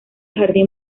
jardín